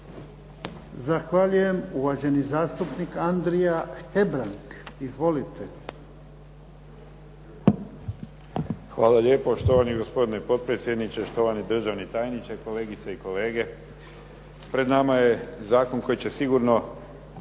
Zahvaljujem. Uvaženi zastupnik Andrija Hebrang. Izvolite. **Hebrang, Andrija (HDZ)** Hvala lijepo štovani gospodine potpredsjedniče, štovani državni tajniče, kolegice i kolege. Pred nama je zakon koji će sigurno